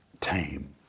tame